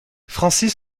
francis